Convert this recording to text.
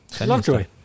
Lovejoy